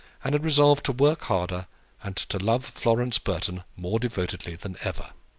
and had resolved to work harder and to love florence burton more devotedly than ever.